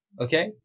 Okay